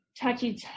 touchy